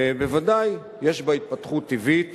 בוודאי יש בה התפתחות טבעית